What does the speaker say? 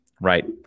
right